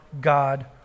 God